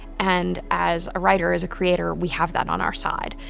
and as a writer, as a creator, we have that on our side.